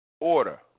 Order